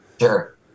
Sure